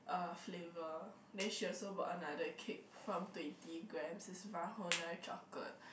uh flavour then she also bought another cake from twenty grammes it's one whole nine chocolate